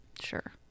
sure